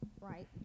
right